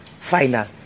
final